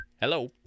hello